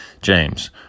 James